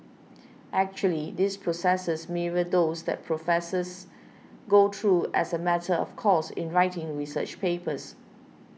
actually these processes mirror those that professors go through as a matter of course in writing research papers